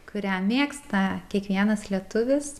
kurią mėgsta kiekvienas lietuvis